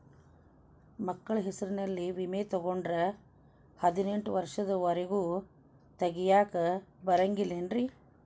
ಮಕ್ಕಳ ಹೆಸರಲ್ಲಿ ವಿಮೆ ತೊಗೊಂಡ್ರ ಹದಿನೆಂಟು ವರ್ಷದ ಒರೆಗೂ ತೆಗಿಯಾಕ ಬರಂಗಿಲ್ಲೇನ್ರಿ?